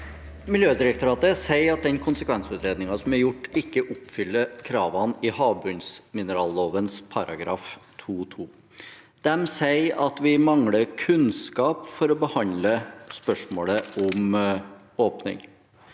Miljødirektora- tet sier at konsekvensutredningen som er gjort, ikke oppfyller kravene i havbunnsmineralloven § 2-2. De sier at vi mangler kunnskap for å behandle spørsmålet om åpning.